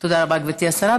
תודה רבה, גברתי השרה.